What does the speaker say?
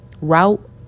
route